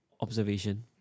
observation